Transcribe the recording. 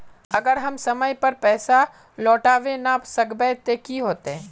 अगर हम समय पर पैसा लौटावे ना सकबे ते की होते?